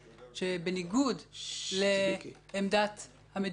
שבניגוד לעמדת המדינה,